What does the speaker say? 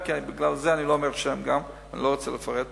בגלל זה אני גם לא אומר שם, אני לא רוצה לפרט.